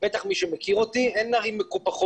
בטח מי שמכיר אותי, אין ערים מקופחות.